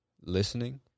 listening